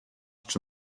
czy